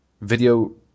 Video